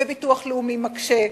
וביטוח לאומי מקשה,